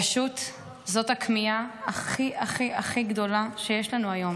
פשוט, זאת הכמיהה הכי הכי גדולה שיש לנו היום.